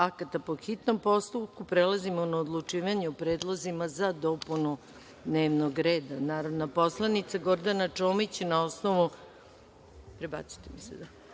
akata po hitnom postupku, prelazimo na odlučivanje o predlozima za dopunu dnevnog reda. Narodna poslanica Gordana Čomić, na osnovu